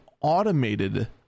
automated